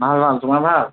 ভাল ভাল তোমাৰ ভাল